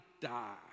die